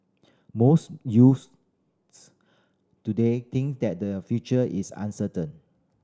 most youths today think that their future is uncertain